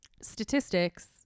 statistics